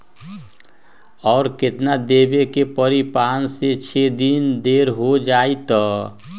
और केतना देब के परी पाँच से छे दिन देर हो जाई त?